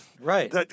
right